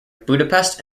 budapest